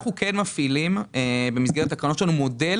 אנחנו מפעילים במסגרת הקרנות שלנו מודל